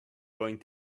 going